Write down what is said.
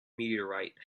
meteorite